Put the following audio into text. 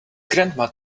grandma